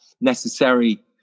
necessary